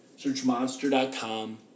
searchmonster.com